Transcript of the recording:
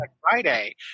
Friday